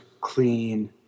clean